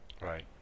Right